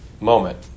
moment